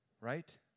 right